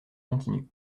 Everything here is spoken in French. continue